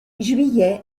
juillet